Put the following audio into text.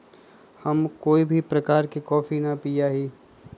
हम कोई भी प्रकार के कॉफी ना पीया ही